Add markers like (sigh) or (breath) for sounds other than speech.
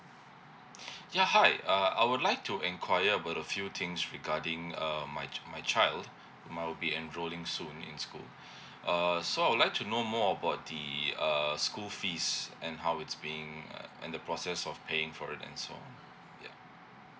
(breath) ya hi uh I would like to enquire about a few things regarding um my chi~ my child might will be enroling soon in school (breath) err so I would like to know more about the uh school fees and how it's being uh and the process of paying for it and so on yup